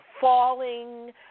falling